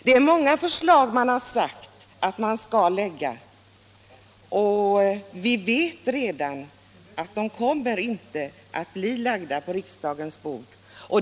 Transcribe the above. Det är många förslag regeringen har sagt att den skall framlägga, men vi vet redan att de inte kommer att bli lagda på riksdagens bord.